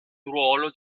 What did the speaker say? ruolo